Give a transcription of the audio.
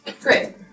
Great